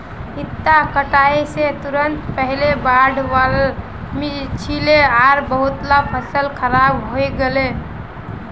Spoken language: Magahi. इता कटाई स तुरंत पहले बाढ़ वल छिले आर बहुतला फसल खराब हई गेले